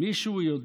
מישהו יודע